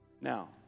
Now